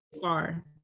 far